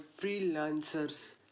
freelancers